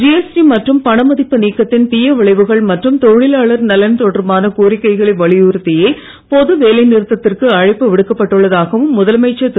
GST மற்றும் பணமதிப்பு நீக்கத்தின் தீயவிளைவுகள் மற்றும் தொழிலாளர் நலன் தொடர்பான கோரிக்கைகளை வலியுறுத்தியே பொது வேலைநிறுத்தத்திற்கு அழைப்பு விடுக்கப்பட்டுள்ளதாகவும் முதலமைச்சர் திரு